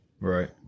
Right